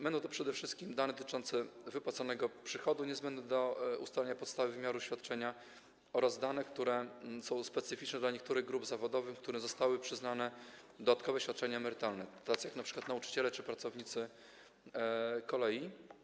Będą to przede wszystkim dane dotyczące wypłacanego przychodu, niezbędne do ustalenia podstawy wymiaru świadczenia, oraz dane, które są specyficzne dla niektórych grup zawodowych, którym zostały przyznane dodatkowe świadczenia emerytalne, takich np. jak nauczyciele czy pracownicy kolei.